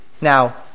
Now